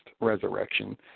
resurrection